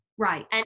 Right